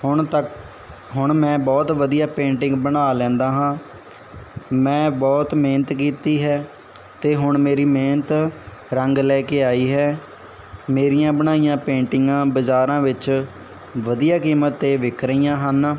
ਹੁਣ ਤੱਕ ਹੁਣ ਮੈਂ ਬਹੁਤ ਵਧੀਆ ਪੇਂਟਿੰਗ ਬਣਾ ਲੈਂਦਾ ਹਾਂ ਮੈਂ ਬਹੁਤ ਮਿਹਨਤ ਕੀਤੀ ਹੈ ਤੇ ਹੁਣ ਮੇਰੀ ਮਿਹਨਤ ਰੰਗ ਲੈ ਕੇ ਆਈ ਹੈ ਮੇਰੀਆਂ ਬਣਾਈਆ ਪੇਂਟਿੰਗਾਂ ਬਜ਼ਾਰਾਂ ਵਿੱਚ ਵਧੀਆ ਕੀਮਤ ਤੇ ਵਿਕ ਰਹੀਆਂ ਹਨ